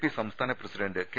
P സംസ്ഥാന president K